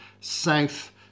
south